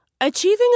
Achieving